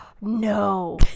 no